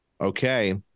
Okay